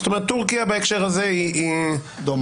זאת אומרת, טורקיה בהקשר הזה היא דומה.